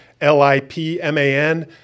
L-I-P-M-A-N